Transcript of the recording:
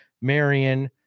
Marion